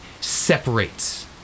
separates